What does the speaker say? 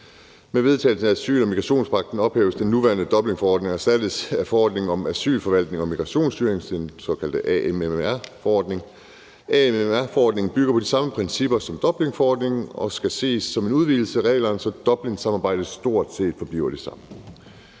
Med vedtagelsen af asyl- og migrationspagten ophæves den nuværende Dublinforordning og erstattes af forordningen om asylforvaltning og migrationsstyring, den såkaldte AMMR-forordning. AMMR-forordningen bygger på de samme principper som Dublinforordningen og skal ses som en udvidelse af reglerne, så Dublinsamarbejdet stort set forbliver det samme.